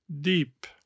deep